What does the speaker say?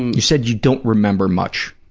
you said you don't remember much